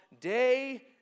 day